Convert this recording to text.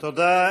תודה.